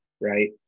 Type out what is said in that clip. right